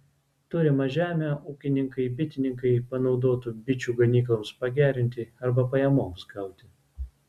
turimą žemę ūkininkai bitininkai panaudotų bičių ganykloms pagerinti arba pajamoms gauti